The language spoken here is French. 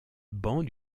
banc